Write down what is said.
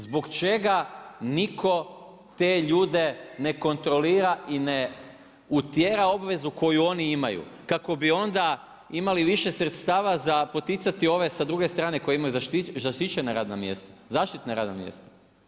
Zbog čega nitko te ljude ne kontrolira i ne utjera obvezu koju oni imaju, kako bi onda imali više sredstava za poticati ove sa druge strane koji imaju zaštićena radna mjesta, zaštitna radna mjesta.